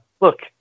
look